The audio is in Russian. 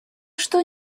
что